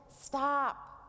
stop